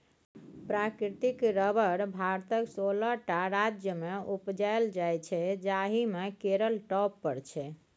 प्राकृतिक रबर भारतक सोलह टा राज्यमे उपजाएल जाइ छै जाहि मे केरल टॉप पर छै